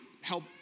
help